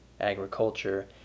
agriculture